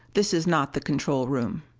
this is not the control room.